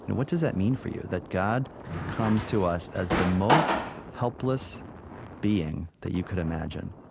what does that mean for you, that god comes to us as the most helpless being that you could imagine,